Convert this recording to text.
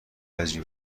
عجیب